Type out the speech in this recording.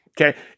Okay